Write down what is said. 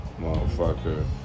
motherfucker